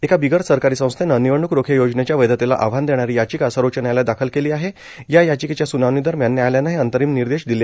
एका बिगर सरकारी संस्थेनं निवडणूक रोखे योजनेच्या वैधतेला आव्हान देणारी याचिका सर्वोच्च न्यायालयात दाखल केली आहे या याचिकेच्या स्नावणी दरम्यान न्यायालयानं हे अंतरिम निर्देश दिले